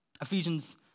Ephesians